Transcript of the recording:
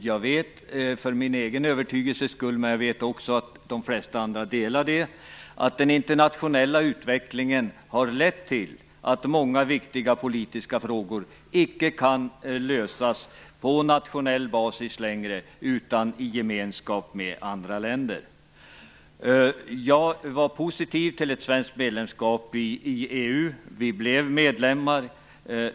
Jag har den övertygelsen, och jag vet att de flesta andra delar den, att den internationella utvecklingen har lett till att många viktiga politiska frågor icke längre kan lösas nationell basis utan måste lösas i gemenskap med andra länder. Jag var positiv till ett svenskt medlemskap i EU. Vi blev medlemmar.